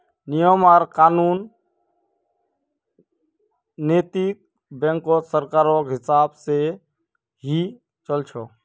नियम आर कानून नैतिक बैंकत सरकारेर हिसाब से ही चल छ